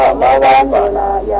ah la la la la